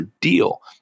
deal